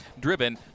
driven